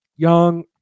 Young